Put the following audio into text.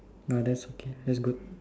!wah! that's okay that's good